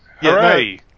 Hooray